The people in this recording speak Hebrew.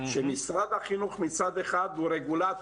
שמשרד החינוך מצד אחד הוא רגולטור,